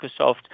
Microsoft